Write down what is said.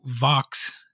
Vox